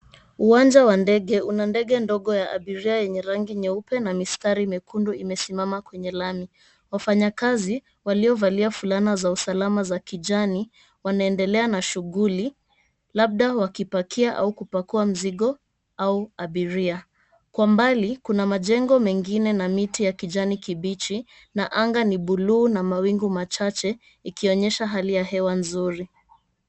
Uwanja wa ndege una ndege ndogo ya abiria yenye rangi nyeupe na mistari mekundu imesimama kwenye lami. Wafanyikazi waliovalia fulana za usalama za kijani wanaendelea na shughuli, labda wakipakia au kupakua mizigo au abiria. Kwa mbali, kuna majengo mengine na miti ya kijani kibichi na anga ni buluu na mawingu machache ikionyesha hali ya hewa nzuri.